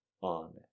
on